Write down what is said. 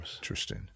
Interesting